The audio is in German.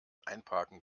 einparken